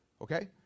okay